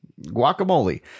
guacamole